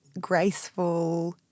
graceful